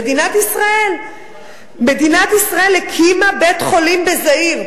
מדינת ישראל הקימה בית-חולים בזאיר.